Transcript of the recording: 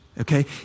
Okay